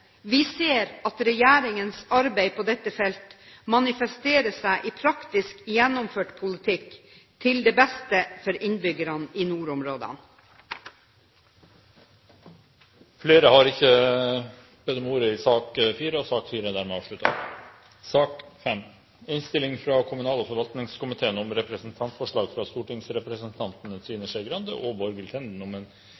Vi ser at regjeringens arbeid på dette feltet manifesterer seg i praktisk gjennomført politikk, til det beste for innbyggerne i nordområdene. Flere har ikke bedt om ordet til sak nr. 4. Etter ønske fra kommunal- og forvaltningskomiteen vil presidenten foreslå at taletiden begrenses til 40 minutter og